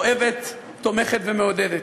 אוהבת, תומכת ומעודדת.